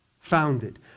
founded